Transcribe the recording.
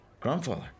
Grandfather